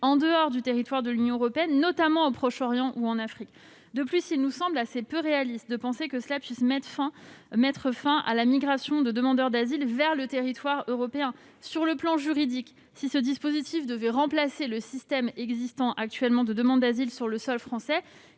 en dehors du territoire de l'Union européenne, notamment au Proche-Orient ou en Afrique. Il nous semble par ailleurs assez peu réaliste de penser que cela puisse mettre fin à la migration de demandeurs d'asile vers le territoire européen. Du point de vue juridique, si ce dispositif devait remplacer le système actuel de demandes d'asile sur le sol français,